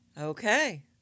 Okay